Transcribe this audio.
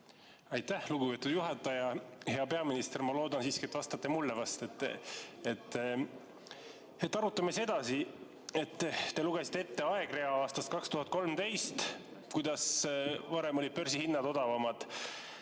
Aitäh, lugupeetud juhataja! Hea peaminister! Ma loodan siiski, et vastate mulle. Arutame siis edasi. Te lugesite ette aegrea aastast 2013, kuidas varem olid börsihinnad odavamad.